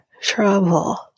trouble